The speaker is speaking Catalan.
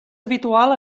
habitual